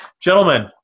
Gentlemen